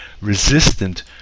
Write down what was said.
resistant